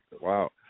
Wow